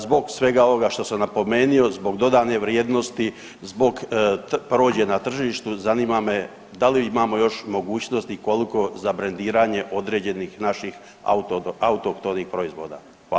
Zbog svega ovoga što sam napomenio, zbog dodane vrijednosti, zbog prođe na tržištu, zanima me da li imamo još mogućnosti i koliko za brendiranje određenih naših autohtonih proizvoda?